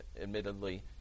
Admittedly